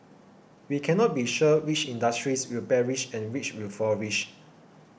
we cannot be sure which industries will perish and which will flourish